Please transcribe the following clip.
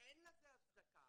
אין הצדקה,